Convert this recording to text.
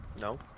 No